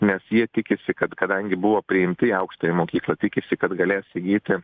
nes jie tikisi kad kadangi buvo priimti į aukštąją mokyklą tikisi kad galės įgyti